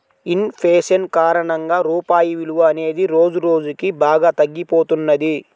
in fashion కారణంగా రూపాయి విలువ అనేది రోజురోజుకీ బాగా తగ్గిపోతున్నది